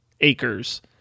acres